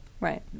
Right